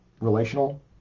relational